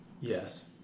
Yes